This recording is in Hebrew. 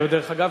דרך אגב,